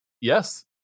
Yes